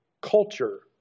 culture